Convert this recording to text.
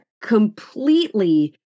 completely